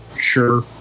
Sure